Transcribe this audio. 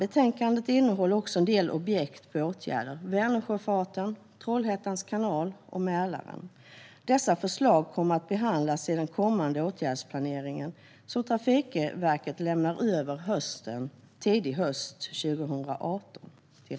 Betänkandet innehåller en del objekt på åtgärder för Vänersjöfarten, Trollhätte kanal och Mälaren. Dessa förslag kommer att behandlas i den kommande åtgärdsplanering som Trafikverket lämnar över till regeringen tidig höst 2018.